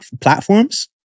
platforms